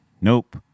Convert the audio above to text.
Nope